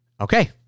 okay